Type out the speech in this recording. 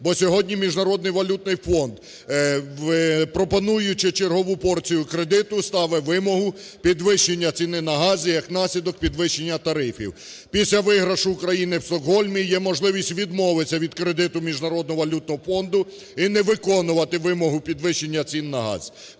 Бо сьогодні Міжнародний валютний фонд, пропонуючи чергову порцію кредиту, ставить вимогу підвищення ціни на газ і, як наслідок, підвищення тарифів. Після виграшу України в Стокгольмі є можливість відмовитися від кредиту Міжнародного валютного фонду і не виконувати вимогу підвищення цін на газ.